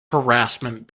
harassment